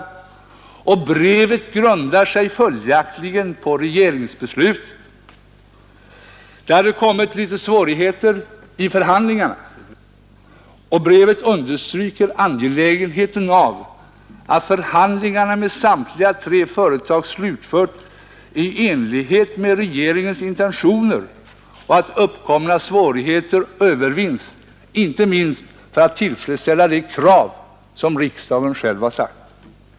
Herr Turesson kunde självfallet inte veta när Kungl. Maj:t hade fattat sitt beslut, men brevet grundar sig alltså på regeringsbeslutet. Det hade uppstått en del svårigheter i förhandlingarna, och brevet understryker angelägenheten av att förhandlingarna med samtliga tre företag slutförs i enlighet med regeringens intentioner och att uppkomna svårigheter övervinns, inte minst för att tillfredsställa de krav som riksdagen själv uppställt.